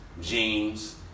jeans